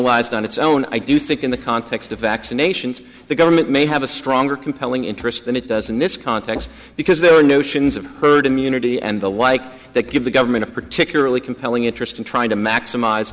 wise on its own i do think in the context of vaccinations the government may have a stronger compelling interest than it does in this context because there are notions of herd immunity and the like that give the government a particularly compelling interest in trying to maximize